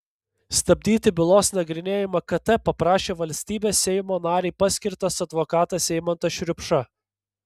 stabdyti bylos nagrinėjimą kt paprašė valstybės seimo narei paskirtas advokatas eimantas šriupša